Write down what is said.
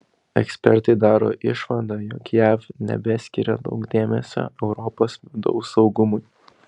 ekspertai daro išvadą jog jav nebeskiria daug dėmesio europos vidaus saugumui